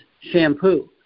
shampoo